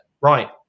Right